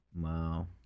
Wow